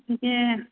ଟିକେ